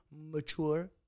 mature